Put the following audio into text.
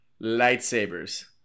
lightsabers